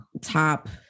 top